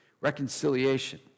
reconciliation